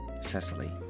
Cecily